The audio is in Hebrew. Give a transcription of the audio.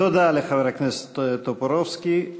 תודה לחבר הכנסת טופורובסקי.